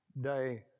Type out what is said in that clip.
day